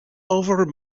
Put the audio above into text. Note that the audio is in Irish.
ábhar